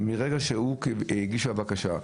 מרגע שהוגשה הבקשה.